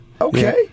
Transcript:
Okay